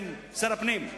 שר הפנים,